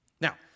Now